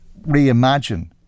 reimagine